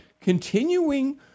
continuing